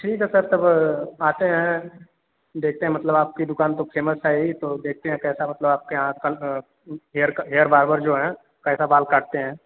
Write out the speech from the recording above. ठीक है सर तब आते हैं देखते हैं मतलब आपकी दुकान तो फेमस है ही तो देखते हैं कैसा मतलब आपके यहाँ हेयर क हेयर बार्बर जो हैं कैसा बाल काटते हैं